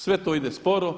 Sve to ide sporo.